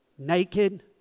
Naked